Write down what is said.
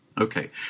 okay